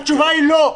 התשובה היא לא.